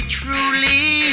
truly